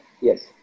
Yes